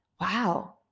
wow